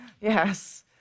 Yes